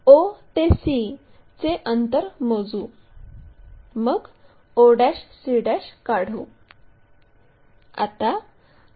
o ते c चे अंतर मोजू मग o c काढू